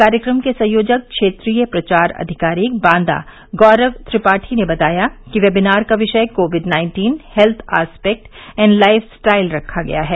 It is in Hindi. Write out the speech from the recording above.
कार्यक्रम के संयोजक क्षेत्रीय प्रचार अधिकारी बांदा गौरव त्रिपाठी ने बताया कि वेबिनार का विषय Covid nineteen health aspect and lifestyle रखा गया है